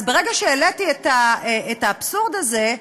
אז ברגע שהעליתי את האבסורד הזה,